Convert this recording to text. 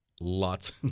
lots